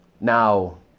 now